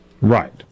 right